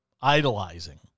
idolizing